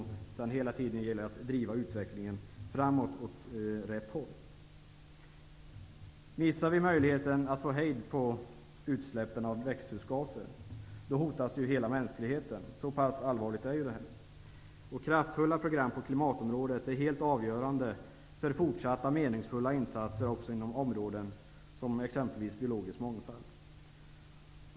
Det gäller hela tiden att driva utvecklingen framåt. Missar vi möjligheten att hejda utsläppen av växthusgaser, hotas ju hela mänskligheten. Så pass allvarligt är det. Kraftfulla program på klimatområdet är helt avgörande för fortsatta meningsfulla insatser också inom områden som exempelvis biologisk mångfald.